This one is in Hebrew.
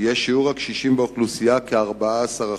יהיה שיעור הקשישים באוכלוסייה כ-14%.